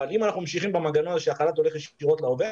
אבל אם אנחנו ממשיכים במנגנון הזה שהחל"ת הולך ישירות לעובד